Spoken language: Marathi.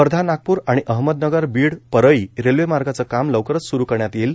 वर्धा नागपूर आणि अहमदनगर बीड परळी रेल्वे मार्गाचे काम लवकरच सुरु करण्यात येईल